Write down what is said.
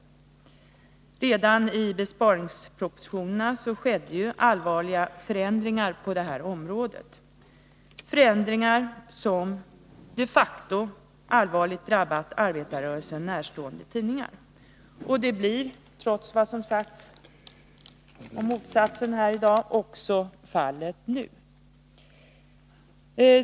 Redan i besparingspropositionerna skedde allvarliga förändringar på detta område, förändringar som de facto allvarligt drabbat arbetarrörelsen närstående tidningar. Så blir trots vad som sagts om motsatsen här i dag också fallet nu.